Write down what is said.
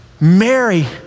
Mary